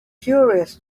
curious